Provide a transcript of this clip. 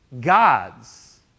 gods